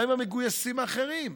מה עם המגויסים האחרים?